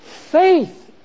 faith